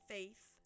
Faith